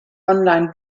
online